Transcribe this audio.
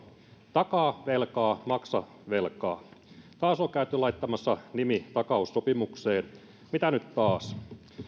takaa velkaa maksa velkaa taas on käyty laittamassa nimi takaussopimukseen mitä nyt taas